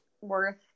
worth